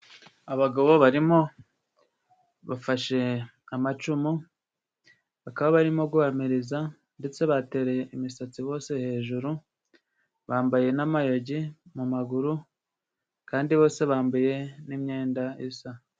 Abagabo barimo bafashe amacumu bakaba barimo guhamiriza, ndetse batereye imisatsi bose hejuru, bambaye n'amayogi mu maguru kandi bose bambaye n'imyenda isa.